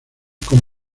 con